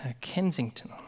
Kensington